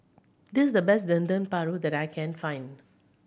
this the best Dendeng Paru that I can find